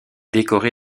décoré